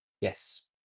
Yes